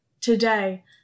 today